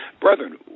Brethren